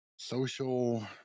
social